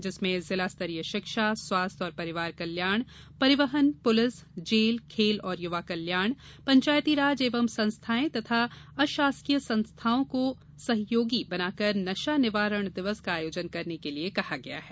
जिसमें जिला स्तरीय शिक्षा स्वास्थ्य और परिवार कल्याण परिवहन पुलिस जेल खेल और युवा कल्याण पंचायती राज एवं संस्थाए तथा अशासकीय संस्थाओं को सहयोगी बनाकर नशा निवारण दिवस का आयोजन करने के लिये कहा गया है